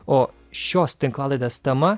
o šios tinklalaidės tema